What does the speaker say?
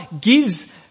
gives